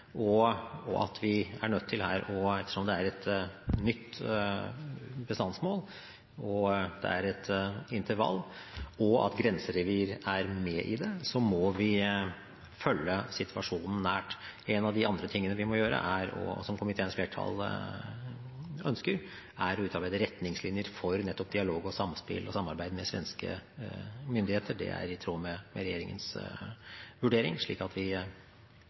ettersom det er et nytt bestandsmål, at det er et intervall, og at grenserevir er med i det – må følge situasjonen nært. Noe av det andre vi må gjøre, som komiteens flertall ønsker, er å utarbeide retningslinjer for dialog, samspill og samarbeid med svenske myndigheter – det er i tråd med regjeringens vurdering – slik at vi